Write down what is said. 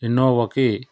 ఇన్నోవాకి